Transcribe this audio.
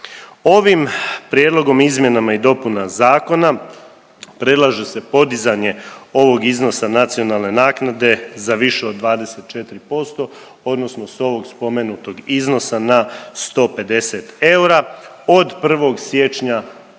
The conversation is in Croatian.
Ovim prijedlogom izmjenama i dopuna zakona predlaže se podizanje ovog iznosa nacionalne naknade za više od 24% odnosno s ovog spomenutog iznosa na 150 eura od 1. siječnja